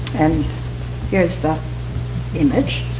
and here is the image.